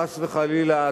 חס וחלילה,